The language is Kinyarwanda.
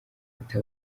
ati